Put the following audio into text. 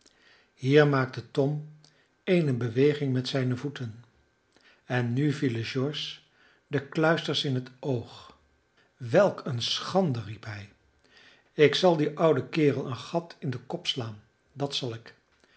hier maakte tom eene beweging met zijne voeten en nu vielen george de kluisters in het oog welk een schande riep hij ik zal dien ouden kerel een gat in den kop slaan dat zal ik